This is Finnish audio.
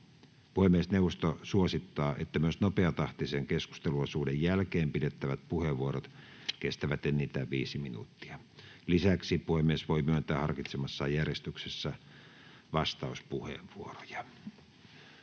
Puhemiesneuvosto suosittaa, että myös nopeatahtisen keskusteluosuuden jälkeen pidettävät puheenvuorot kestävät enintään 5 minuuttia. Lisäksi puhemies voi myöntää harkitsemassaan järjestyksessä vastauspuheenvuoroja.